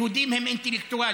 יהודים הם אינטלקטואלים,